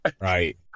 Right